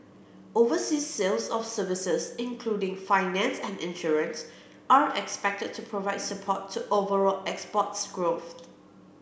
overseas sales of services including finance and insurance are expected to provide support to overall exports growth